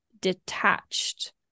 detached